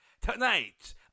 tonight